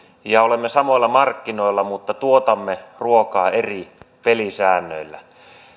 ja olemme samoilla markkinoilla mutta tuotamme ruokaa eri pelisäännöillä